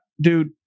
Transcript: dude